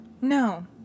no